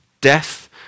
death